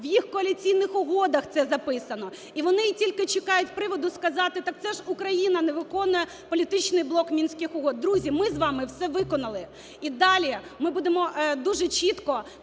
в їх коаліційних угодах це записано. І вони тільки чекають приводу сказати: так це ж Україна не виконує політичний блок Мінських угод. Друзі, ми з вами все виконали. І далі ми будемо дуже чітко